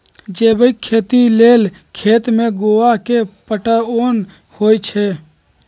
जैविक खेती लेल खेत में गोआ के पटाओंन होई छै